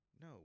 No